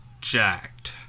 jacked